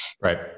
right